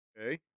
Okay